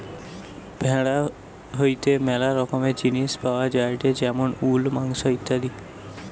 ভেড়া হইতে ম্যালা রকমের জিনিস পাওয়া যায়টে যেমন উল, মাংস ইত্যাদি